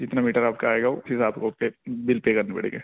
جتنا میٹر آپ کا آئے گا اسی حساب سے وہ پے بل پے کرنے پڑیں گے